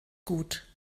gut